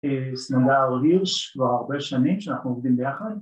סמדר הירש כבר הרבה שנים שאנחנו עובדים ביחד